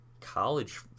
college